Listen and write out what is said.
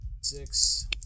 six